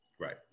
Right